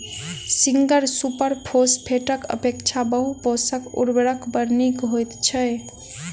single super फौसफेटक अपेक्षा बहु पोषक उर्वरक बड़ नीक होइत छै